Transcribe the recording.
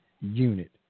unit